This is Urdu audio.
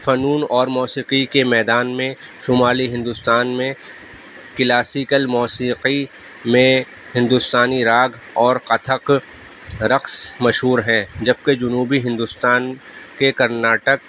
فنون اور موسیقی کے میدان میں شمالی ہندوستان میں کلاسیکل موسیقی میں ہندوستانی راگ اور کتھک رقص مشہور ہیں جبکہ جنوبی ہندوستان کے کرناٹک